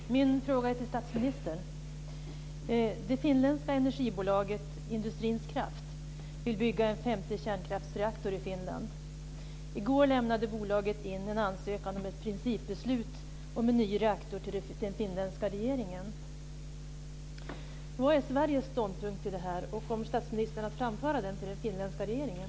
Fru talman! Min fråga är till statsministern. Det finländska energibolaget Industrins Kraft vill bygga en femte kärnkraftsreaktor i Finland. I går lämnade bolaget in en ansökan om ett principbeslut om en ny reaktor till den finländska regeringen. Vad är Sveriges ståndpunkt i detta ärende, och kommer statsministern att framföra den till den finländska regeringen?